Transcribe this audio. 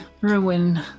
ruin